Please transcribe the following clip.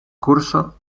curso